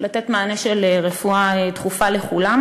לתת מענה של רפואה דחופה לכולם,